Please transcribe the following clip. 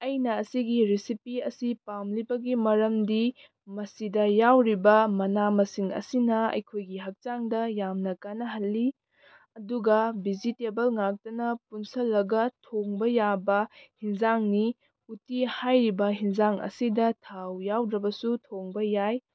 ꯑꯩꯅ ꯑꯁꯤꯒꯤ ꯔꯤꯁꯤꯄꯤ ꯑꯁꯤ ꯄꯥꯝꯂꯤꯕꯒꯤ ꯃꯔꯝꯗꯤ ꯃꯁꯤꯗ ꯌꯥꯎꯔꯤꯕ ꯃꯅꯥ ꯃꯁꯤꯡ ꯑꯁꯤꯅ ꯑꯩꯈꯣꯏꯒꯤ ꯍꯛꯆꯥꯡꯗ ꯌꯥꯝꯅ ꯀꯥꯟꯅꯍꯜꯂꯤ ꯑꯗꯨꯒ ꯚꯦꯖꯤꯇꯦꯕꯜ ꯉꯥꯛꯇꯅ ꯄꯨꯟꯁꯤꯜꯂꯒ ꯊꯣꯡꯕ ꯌꯥꯕ ꯑꯦꯟꯁꯥꯡꯅꯤ ꯎꯠꯇꯤ ꯍꯥꯏꯔꯤꯕ ꯑꯦꯟꯁꯥꯡ ꯑꯁꯤꯗ ꯊꯥꯎ ꯌꯥꯎꯗ꯭ꯔꯕꯁꯨ ꯊꯣꯡꯕ ꯌꯥꯏ